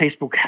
Facebook